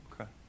Okay